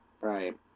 Right